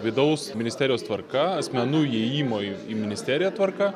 vidaus ministerijos tvarka asmenų įėjimo į ministeriją tvarka